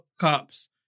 cops